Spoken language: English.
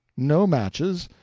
no matches,